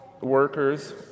workers